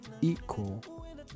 equal